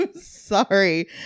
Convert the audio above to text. sorry